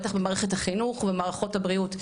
בטח במערכת החינוך ובמערכות הבריאות,